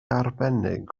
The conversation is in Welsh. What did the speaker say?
arbennig